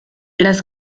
las